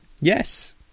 Yes